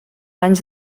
anys